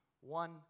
one